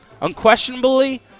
unquestionably